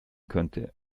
könnte